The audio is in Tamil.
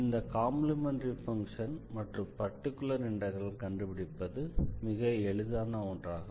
இந்த காம்ப்ளிமெண்டரி ஃபங்ஷன் மற்றும் பர்டிகுலர் இண்டெக்ரலை கண்டுபிடிப்பது மிக எளிதான ஒன்றாகும்